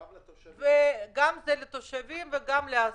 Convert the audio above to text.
גם לתושבים.